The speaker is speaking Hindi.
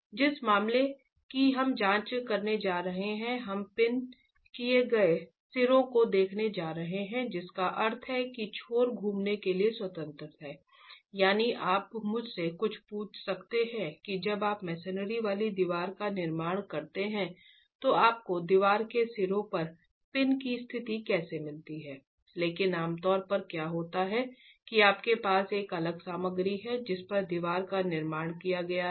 जिस मामले की हम जांच करने जा रहे हैं हम पिन किए गए सिरों को देखने जा रहे हैं जिसका अर्थ है कि छोर घूमने के लिए स्वतंत्र हैं यानी आप मुझसे पूछ सकते हैं कि जब आप मसनरी वाली दीवार का निर्माण करते हैं तो आपको दीवार के सिरों पर पिन की स्थिति कैसे मिलती है लेकिन आम तौर पर क्या होता है कि आपके पास एक अलग सामग्री है जिस पर दीवार का निर्माण किया गया है